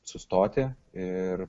sustoti ir